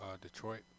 Detroit